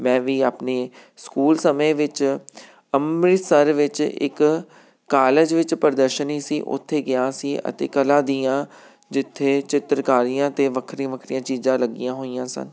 ਮੈਂ ਵੀ ਆਪਣੇ ਸਕੂਲ ਸਮੇਂ ਵਿੱਚ ਅੰਮ੍ਰਿਤਸਰ ਵਿੱਚ ਇੱਕ ਕਾਲਜ ਵਿੱਚ ਪ੍ਰਦਰਸ਼ਨੀ ਸੀ ਉੱਥੇ ਗਿਆ ਸੀ ਅਤੇ ਕਲਾ ਦੀਆਂ ਜਿੱਥੇ ਚਿੱਤਰਕਾਰੀਆਂ ਅਤੇ ਵੱਖਰੀਆਂ ਵੱਖਰੀਆਂ ਚੀਜ਼ਾਂ ਲੱਗੀਆਂ ਹੋਈਆਂ ਸਨ